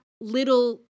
little